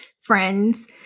friends